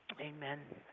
Amen